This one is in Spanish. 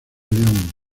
león